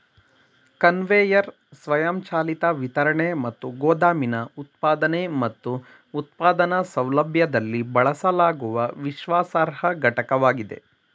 conveyor ಸ್ವಯಂಚಾಲಿತ ವಿತರಣೆ ಮತ್ತು ಗೋದಾಮಿನ ಉತ್ಪಾದನೆ ಮತ್ತು ಉತ್ಪಾದನಾ ಸೌಲಭ್ಯದಲ್ಲಿ ಬಳಸಲಾಗುವ ವಿಶ್ವಾಸಾರ್ಹ ಘಟಕವಾಗಿದೆ